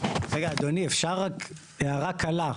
רק אדוני, אפשר רק הערה קטנה?